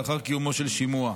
לאחר קיומו של שימוע.